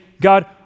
God